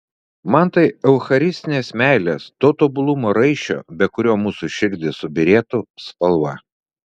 man tai eucharistinės meilės to tobulumo raiščio be kurio mūsų širdys subyrėtų spalva